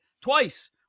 twice